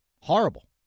horrible